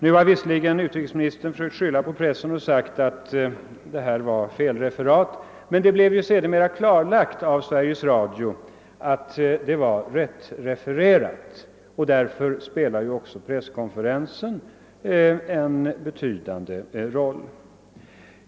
Utrikesministern har visserligen försökt skylla på pressen och sagt att det varit fråga om felreferat. Det har emellertid sedermera blivit klarlagt av Sverikes Radio att utrikesministerns uttalanden var korrekt refererade, och därför spelar också presskonferensen en betydande roll.